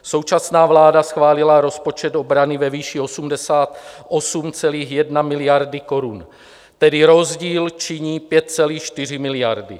Současná vláda schválila rozpočet obrany ve výši 88,1 miliardy korun, tedy rozdíl činí 5,4 miliardy.